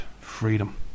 freedom